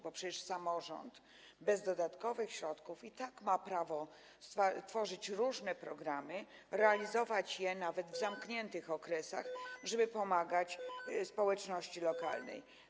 Bo przecież samorząd bez dodatkowych środków i tak ma prawo tworzyć różne programy, realizować je nawet w zamkniętych okresach, żeby pomagać społeczności lokalnej.